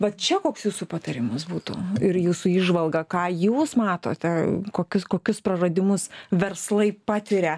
va čia koks jūsų patarimas būtų ir jūsų įžvalga ką jūs matote kokius kokius praradimus verslai patiria